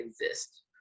exist